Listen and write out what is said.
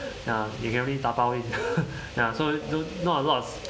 ya you can only dabao in ya so so not a lot